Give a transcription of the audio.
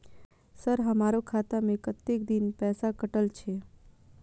Sir हमारो खाता में कतेक दिन पैसा कटल छे?